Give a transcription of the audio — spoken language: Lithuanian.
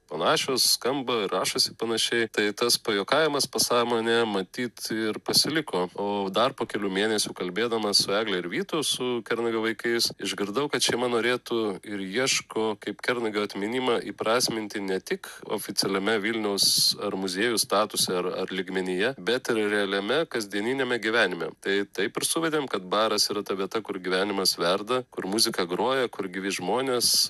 panašios skamba ir rašosi panašiai tai tas pajuokavimas pasąmonė matyt ir pasiliko o dar po kelių mėnesių kalbėdamas su egle ir vytu su kernagio vaikais išgirdau kad šeima norėtų ir ieško kaip kernagio atminimą įprasminti ne tik oficialiame vilniaus ar muziejaus statuse ar ar lygmenyje bet ir realiame kasdieniniame gyvenime tai taip ir suvedėm kad baras yra ta vieta kur gyvenimas verda kur muzika groja kur gyvi žmonės